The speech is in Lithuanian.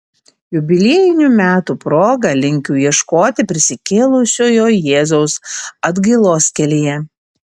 jubiliejinių metų proga linkiu ieškoti prisikėlusiojo jėzaus atgailos kelyje